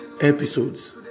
episodes